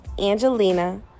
Angelina